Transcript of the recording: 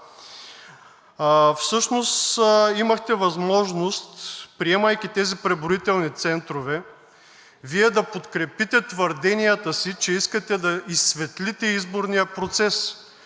Всъщност имахте възможност, приемайки тези преброителни центрове, Вие да подкрепите твърденията си, че искате да изсветлите изборния процес.